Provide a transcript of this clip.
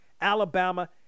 Alabama